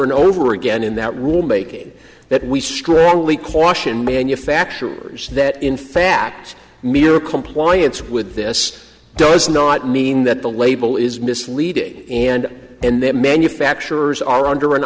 and over again in that rulemaking that we strongly caution manufacturers that in fact media compliance with this does not mean that the label is misleading and and that manufacturers are under an